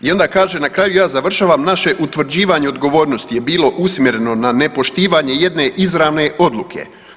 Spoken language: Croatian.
I onda kaže na kraju, ja završavam naše utvrđivanje odgovornosti je bilo usmjereno na nepoštivanje jedne izravne odluke.